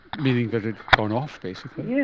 meaning that it had gone off, basically. yeah